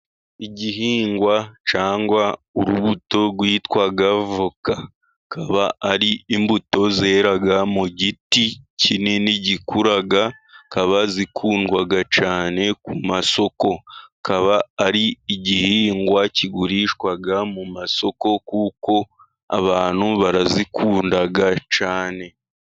Igihingwa cyangwa urubuto rwitwa avoka kikaba ari imbuto zerara mu giti kinini zikundwa cyane ku masokokaba kikaba ari igihingwa kigurishwaga mu masoko kuko abantu baragikundaga cyane